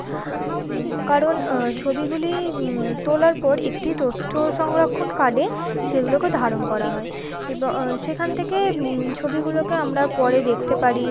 কারণ ছবিগুলি তোলার পর একটি তথ্য সংরক্ষণ কার্ডে সেগুলোকে ধারণ করা হয় এব সেখান থেকে ছবিগুলোকে আমরা পরে দেখতে পারি